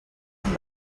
amb